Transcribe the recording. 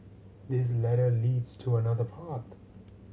this ladder leads to another path